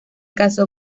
casó